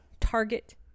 Target